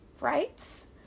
rights